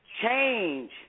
change